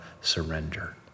surrender